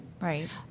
Right